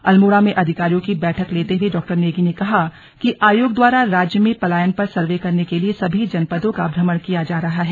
अल्मोड़ा में अधिकारियों की बैठक लेते हुए डॉ नेगी ने कहा कि आयोग द्वारा राज्य में पलायन पर ंसर्वे करने के लिए सभी जनपदों का भ्रमण किया जा रहा है